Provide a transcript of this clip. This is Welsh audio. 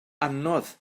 anodd